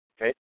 Okay